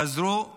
חזרו ליישוב.